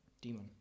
Demon